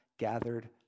Gathered